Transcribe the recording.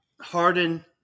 Harden